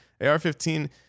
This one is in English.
AR-15